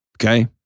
Okay